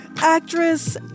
actress